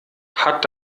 hat